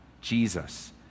Jesus